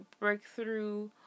breakthrough